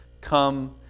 Come